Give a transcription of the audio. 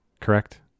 correct